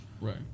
Right